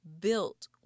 built